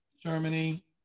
Germany